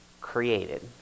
created